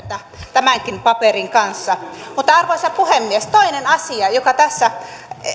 tämänkin paperin kanssa arvoisa puhemies toinen asia joka tässä